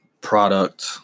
Product